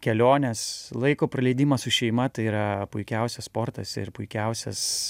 kelionės laiko praleidimas su šeima tai yra puikiausias sportas ir puikiausias